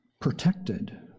protected